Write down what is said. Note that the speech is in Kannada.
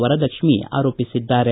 ವರಲಕ್ಷ್ಮಿ ಆರೋಪಿಸಿದ್ದಾರೆ